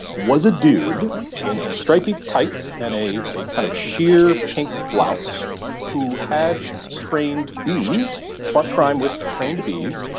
was a dude in a in striped tights and a a kind of sheer pink blouse who had trained bees, fought crime with trained bees.